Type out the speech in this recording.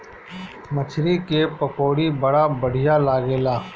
मछरी के पकौड़ी बड़ा बढ़िया लागेला